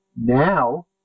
now